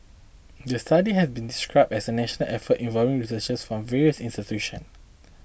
the study has been described as a national effort involving researchers from various institutions